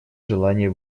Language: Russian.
желание